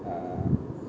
uh